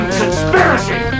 conspiracy